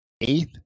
eighth